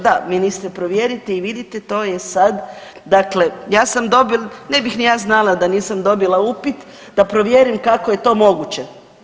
Da ministre provjerite i vidite, to je sada, dakle ja sam dobila, ne bih ni ja znala da nisam dobila upit da provjerim kako je to moguće.